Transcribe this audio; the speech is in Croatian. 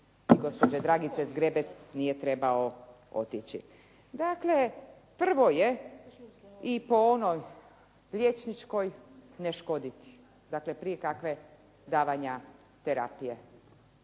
gospođe Dragice Zgrebec nije trebao otići. Dakle, prvo je i po onom liječničkoj ne škoditi. Dakle prije davanja kakve terapije.